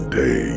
day